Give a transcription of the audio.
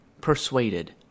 persuaded